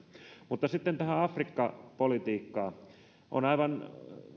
mutta sitten tähän afrikka politiikkaan on aivan